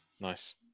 Nice